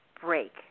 break